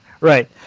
right